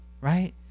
right